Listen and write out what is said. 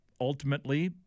ultimately